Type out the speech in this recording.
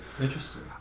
Interesting